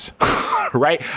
right